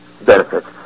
benefits